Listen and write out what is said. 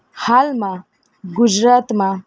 હાલમાં ગુજરાતમાં